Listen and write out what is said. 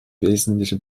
wesentliche